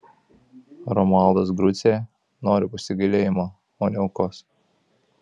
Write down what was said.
romualdas grucė noriu pasigailėjimo o ne aukos